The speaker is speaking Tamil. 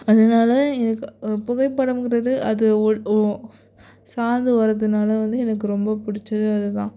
அதனால் எனக்கு ஒரு புகைப்படங்கிறது அது சார்ந்து வருதுனால வந்து எனக்கு ரொம்ப பிடிச்சது அதுதான்